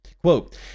Quote